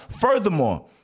Furthermore